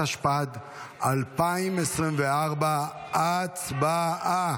התשפ"ד 2024. הצבעה.